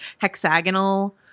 hexagonal